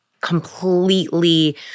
completely